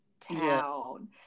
town